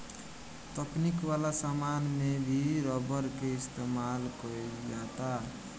तकनीक वाला समान में भी रबर के इस्तमाल कईल जाता